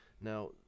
Now